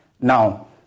Now